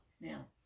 Now